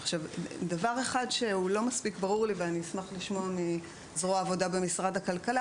דבר אחד שלא מספיק ברור לי ואני אשמח לשמוע מזרוע העבודה במשרד הכלכלה